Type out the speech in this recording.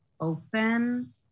open